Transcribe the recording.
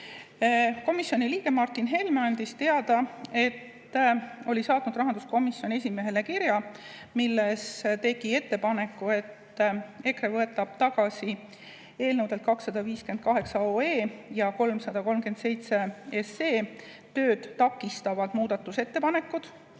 Komisjoni liige Martin Helme andis teada, et ta oli saatnud rahanduskomisjoni esimehele kirja, milles tegi ettepaneku, et EKRE võtab tagasi eelnõude 258 OE ja 337 SE [kohta esitatud] tööd takistavad muudatusettepanekud,